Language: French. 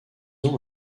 ont